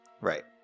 right